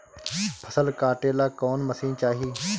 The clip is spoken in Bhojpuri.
फसल काटेला कौन मशीन चाही?